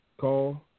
call